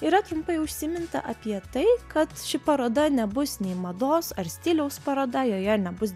yra trumpai užsiminta apie tai kad ši paroda nebus nei mados ar stiliaus paroda joje nebus